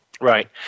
Right